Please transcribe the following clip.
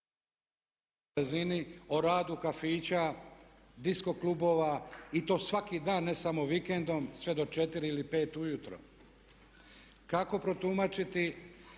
o radu kafića, disco klubova i to svaki dan ne samo vikendom sve do 4 ili 5 ujutro. Kako protumačiti